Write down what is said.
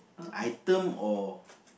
item or